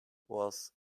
was